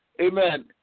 amen